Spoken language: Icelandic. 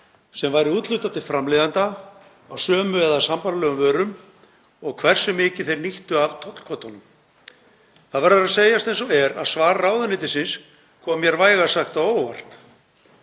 sem væri úthlutað til framleiðenda á sömu eða sambærilegum vörum og hversu mikið þeir nýttu af tollkvótunum. Það verður að segjast eins og er að svar ráðuneytisins kom mér vægast sagt á óvart.